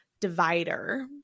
divider